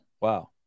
wow